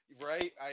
right